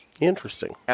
Interesting